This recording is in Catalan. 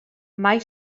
mai